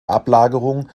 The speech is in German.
ablagerungen